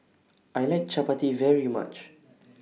I like Chappati very much